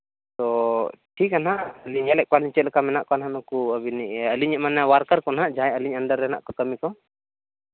ᱦᱳᱭ ᱴᱷᱤᱠ ᱜᱮᱭᱟ ᱦᱟᱸᱜ ᱧᱮᱞ ᱮᱜ ᱠᱚᱣᱟᱞᱤᱧ ᱪᱮᱫ ᱞᱮᱠᱟ ᱢᱮᱱᱟᱜ ᱠᱚᱣᱟ ᱦᱟᱸᱜ ᱱᱩᱠᱩ ᱟᱹᱵᱤᱱᱡ ᱟᱹᱞᱤᱧ ᱤᱡ ᱢᱟᱱᱮ ᱳᱣᱟᱨᱠᱟᱨ ᱠᱚ ᱱᱟᱦᱟᱸᱜ ᱡᱟᱦᱟᱸᱭ ᱟᱹᱞᱤᱧ ᱟᱱᱰᱟᱨ ᱨᱮ ᱦᱟᱸᱜ ᱠᱚ ᱠᱟᱹᱢᱤ ᱠᱚ